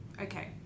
Okay